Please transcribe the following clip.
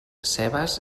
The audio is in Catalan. cebes